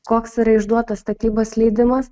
koks yra išduotas statybos leidimas